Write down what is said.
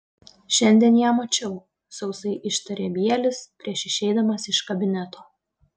šiandien ją mačiau sausai ištarė bielis prieš išeidamas iš kabineto